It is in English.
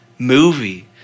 movie